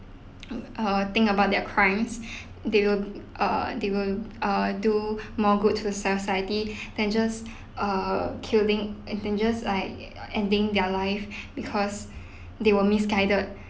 err think about their crimes they'll err they'll err do more good to the society than just err killing and just like ending their life because they were misguided